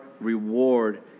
reward